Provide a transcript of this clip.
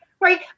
Right